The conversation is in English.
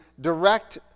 direct